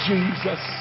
Jesus